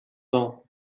dent